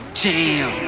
jam